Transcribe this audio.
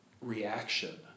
reaction